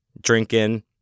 drinking